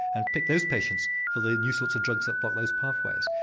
and pick those patients for the new sorts of drugs that block those pathways.